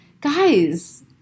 guys